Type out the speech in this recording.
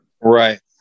Right